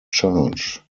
charge